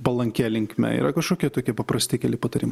palankia linkme yra kažkokie tokie paprasti keli patarim